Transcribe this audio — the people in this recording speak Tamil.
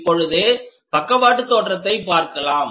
இப்பொழுது பக்கவாட்டு தோற்றத்தை பார்க்கலாம்